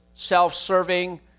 self-serving